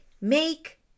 Make